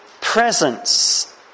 presence